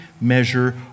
measure